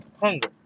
hunger